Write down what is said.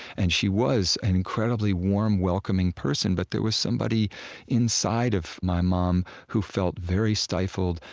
and she was an incredibly warm, welcoming person but there was somebody inside of my mom who felt very stifled,